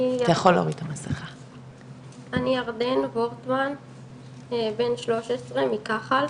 אני ירדן בורטמן בן 13 מכחל,